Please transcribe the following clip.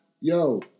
Yo